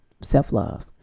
self-love